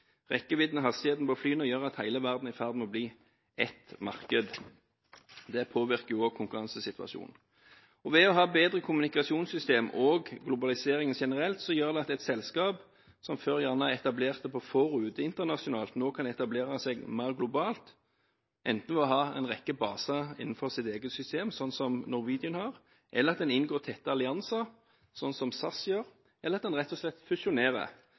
hastigheten på flyene gjør at hele verden er i ferd med å bli ett marked. Det påvirker også konkurransesituasjonen. Bedre kommunikasjonssystemer og globaliseringen generelt gjør at et selskap som før gjerne var etablert på få ruter internasjonalt, nå kan etablere seg mer globalt, enten ved å ha en rekke baser innenfor sitt eget system, sånn som Norwegian har, eller ved at en inngår tette allianser, slik som SAS gjør, eller at en rett og slett fusjonerer,